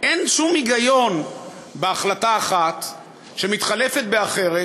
אין שום היגיון בהחלטה אחת שמתחלפת באחרת,